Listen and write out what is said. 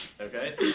Okay